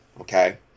Okay